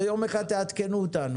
ויום אחד תעדכנו אותנו.